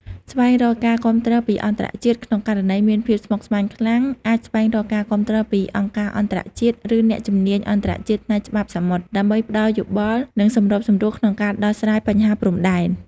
ស្វែងរកការគាំទ្រពីអន្តរជាតិក្នុងករណីមានភាពស្មុគស្មាញខ្លាំង អាចស្វែងរកការគាំទ្រពីអង្គការអន្តរជាតិ ឬអ្នកជំនាញអន្តរជាតិផ្នែកច្បាប់សមុទ្រ ដើម្បីផ្តល់យោបល់ និងសម្របសម្រួលក្នុងការដោះស្រាយបញ្ហាព្រំដែន។